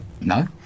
No